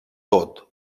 tot